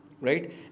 right